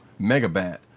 Megabat